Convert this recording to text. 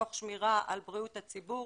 תוך שמירה על בריאות הציבור,